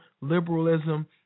Liberalism